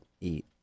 eat